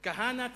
כהנא צדק.